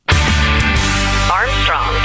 Armstrong